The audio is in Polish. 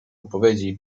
odpowiedzi